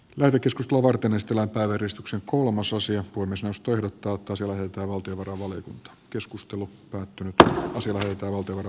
leirikeskus tuo lukemistilapäiväristuksen kuuma suosio on myös ostojen kautta se että valtiovarainvaliokunta keskustelu päättynyttä aseveljeyttä valtavana